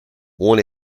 one